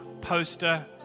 poster